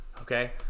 Okay